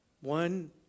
One